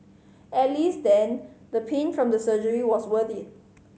at least then the pain from the surgery was worth it